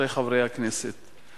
רבותי חברי הכנסת,